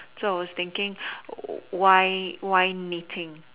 so I was thinking why why meeting